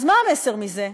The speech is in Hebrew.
אז מה המסר מזה?